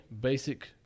basic